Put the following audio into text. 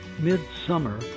mid-summer